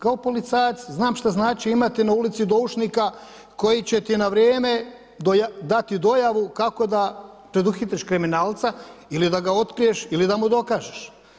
Kao policajac znam što znači imati na ulici doušnika, koji će ti na vrijeme dati dojavu, kako da preduhitriš kriminalca ili da ga otkriješ ili da mu dokažeš.